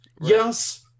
Yes